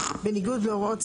המלא,